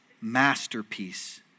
masterpiece